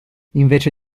invece